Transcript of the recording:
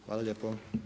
Hvala lijepo.